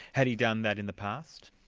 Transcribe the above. had he done that in the past?